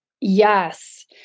Yes